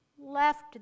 left